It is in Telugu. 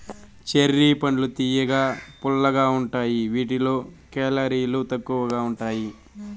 చెర్రీ పండ్లు తియ్యగా, పుల్లగా ఉంటాయి వీటిలో కేలరీలు తక్కువగా ఉంటాయి